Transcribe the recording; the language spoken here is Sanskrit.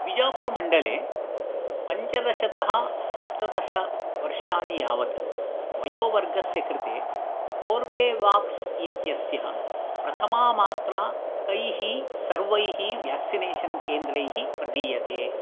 बिजापुर् मण्डले पञ्चदशतः सप्तदशवर्षाणि यावत् वयोवर्गस्य कृते कोर्बेवाक्स् इत्यस्य प्रथमा मात्रा कैः सर्वैः वेक्सिनेषन् केन्द्रैः प्रदीयते